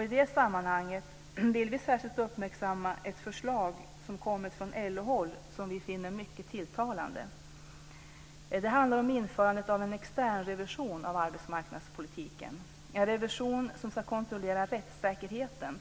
I det sammanhanget vill vi särskilt uppmärksamma ett förslag som kommit från LO-håll och som vi finner mycket tilltalande. Det handlar om införandet av en externrevision av arbetsmarknadspolitiken - en revision för att kontrollera rättssäkerheten,